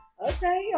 Okay